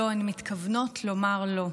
הן מתכוונות לומר "לא".